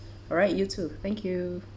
alright you too thank you